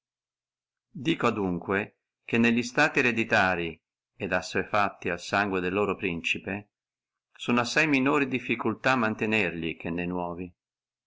dico adunque che nelli stati ereditarii et assuefatti al sangue del loro principe sono assai minori difficultà a mantenerli che ne nuovi